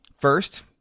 First